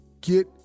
Get